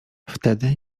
wtedy